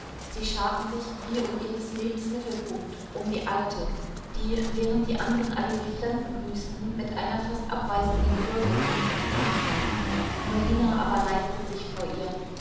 sie scharten sich wie um ihres lebens mittelpunkt um die alte die während die anderen alle die fremden grüßten mit einer fast abweisenden würde ihnen entgegensah norina aber neigte sich vor ihr